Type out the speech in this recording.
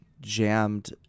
jammed